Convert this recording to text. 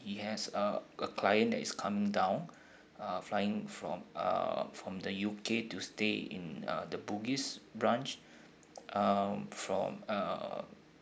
he has uh a client that is coming down uh flying from uh from the U_K to stay in uh the bugis branch um from uh